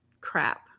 Crap